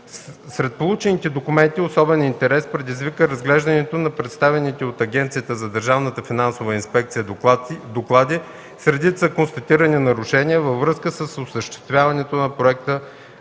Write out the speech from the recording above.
Сред получените документи особен интерес предизвика разглеждането на предоставените от Агенцията за държавна финансова инспекция доклади с редица констатирани нарушения във връзка с осъществяването на проекта